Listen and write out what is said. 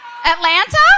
Atlanta